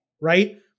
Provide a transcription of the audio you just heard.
right